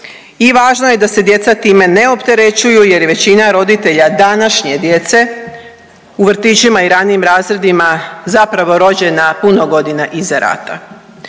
I važno je da se djeca time ne opterećuju jer većina roditelja današnje djece u vrtićima i ranijim razredima zapravo rođena puno godina iza rata.